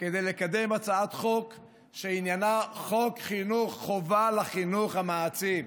כדי לקדם הצעת חוק שעניינה חוק חינוך חובה לחינוך המעצים.